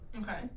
Okay